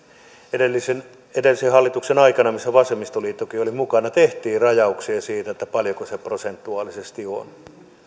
edellisen edellisen hallituksen aikana missä vasemmistoliittokin oli mukana tehtiin rajauksia siitä paljonko se prosentuaalisesti on